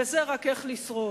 וזה רק איך לשרוד.